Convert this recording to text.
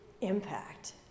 Impact